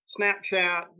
Snapchat